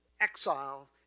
exile